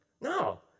No